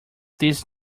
this